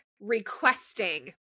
requesting